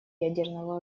ядерного